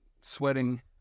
sweating